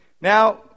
Now